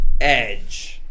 Edge